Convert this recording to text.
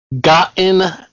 gotten